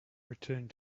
returned